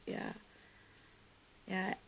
ya ya